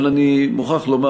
אבל אני מוכרח לומר,